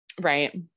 Right